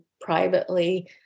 privately